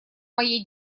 моей